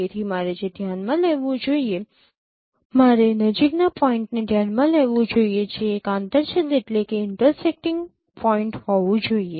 તેથી મારે જે ધ્યાનમાં લેવું જોઈએ મારે નજીકના પોઈન્ટને ધ્યાનમાં લેવું જોઈએ જે એક આંતરછેદ પોઈન્ટ હોવું જોઈએ